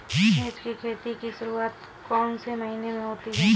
मिर्च की खेती की शुरूआत कौन से महीने में होती है?